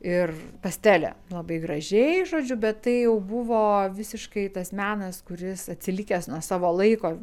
ir pastele labai gražiai žodžiu bet tai jau buvo visiškai tas menas kuris atsilikęs nuo savo laiko